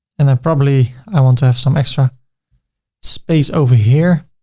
and then probably, i want to have some extra space over here.